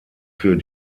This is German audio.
für